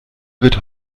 wird